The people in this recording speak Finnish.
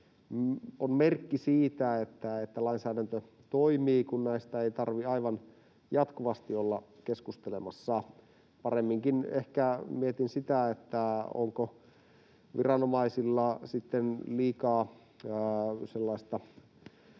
on merkki siitä, että lainsäädäntö toimii, kun näistä ei tarvitse aivan jatkuvasti olla keskustelemassa. Paremminkin ehkä mietin sitä, onko viranomaisilla sitten